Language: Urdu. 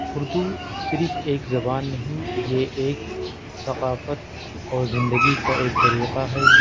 اردو صرف ایک زبان نہیں یہ ایک ثقافت اور زندگی کا ایک طریقہ ہے